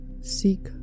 seek